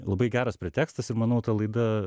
labai geras pretekstas ir manau ta laida